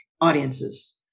Audiences